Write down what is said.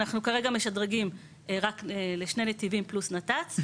אנחנו כרגע משדרגים רק לשני נתיבים פלוס נת"צ,